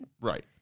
Right